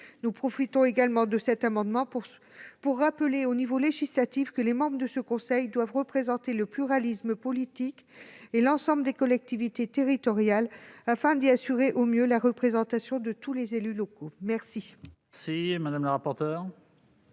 Nous en profitons également pour rappeler dans la loi que les membres du Conseil doivent représenter le pluralisme politique et l'ensemble des collectivités territoriales, afin d'y assurer au mieux la représentation de tous les élus locaux. Quel